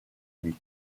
lui